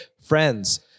friends